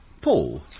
Paul